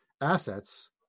assets